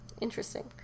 Interesting